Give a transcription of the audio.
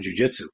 jujitsu